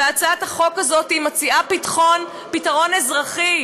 הצעת החוק הזאת מציעה פתרון אזרחי,